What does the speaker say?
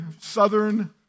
southern